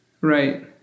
right